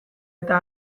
eta